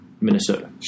Minnesota